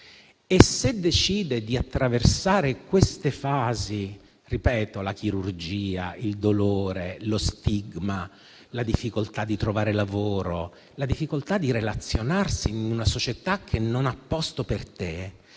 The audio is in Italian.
Se decide di attraversare queste fasi - la chirurgia, il dolore, lo stigma, la difficoltà di trovare lavoro e di relazionarsi in una società che non ha posto per te